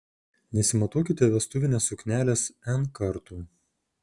nesimatuokite vestuvinės suknelės n kartų